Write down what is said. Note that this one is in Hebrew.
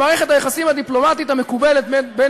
במערכת היחסים הדיפלומטית המקובלת בין